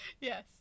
Yes